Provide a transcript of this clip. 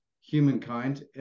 humankind